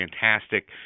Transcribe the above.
fantastic